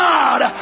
God